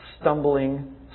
stumbling